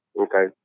Okay